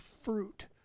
fruit